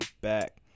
back